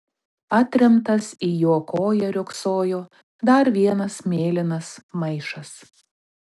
atremtas į jo koją riogsojo dar vienas mėlynas maišas